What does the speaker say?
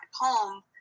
home